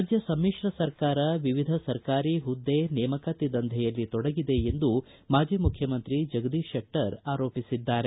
ರಾಜ್ಯ ಸಮಿಶ್ರ ಸರ್ಕಾರ ವಿವಿಧ ಸರ್ಕಾರಿ ಹುದ್ದೆ ನೇಮಕಾತಿ ದಂಧೆಯಲ್ಲಿ ತೊಡಗಿದೆ ಎಂದು ಮಾಜಿ ಮುಖ್ಯಮಂತ್ರಿ ಜಗದೀಶ್ ಶೆಟ್ಟರ್ ಆರೋಪಿಸಿದ್ದಾರೆ